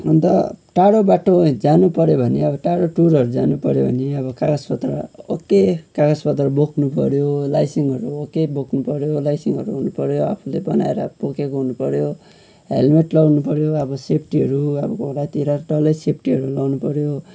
अन्त टाढो बाटो जानुपर्यो भने अब टाढो टुरहरू जानुपर्यो भने अब कागजपत्र ओके कागजपत्र बोक्नुपर्यो लाइसेन्सहरू ओके बोक्नुपर्यो लाइसेन्सहरू हुनुपर्यो आफूले बनाएर बोकेको हुनुपर्यो हेल्मेट लगाउनुपर्यो अब सेफ्टीहरू अब घुँडातिर डल्लै सेफ्टीहरू लगाउनुपर्यो